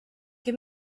give